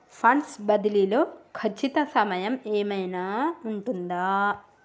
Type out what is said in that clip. Funds బదిలీ లో ఖచ్చిత సమయం ఏమైనా ఉంటుందా?